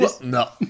No